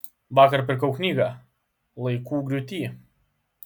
vakar pirkau knygą laikų griūty